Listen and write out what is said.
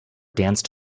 danced